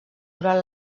durant